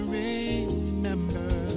remember